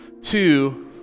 Two